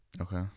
Okay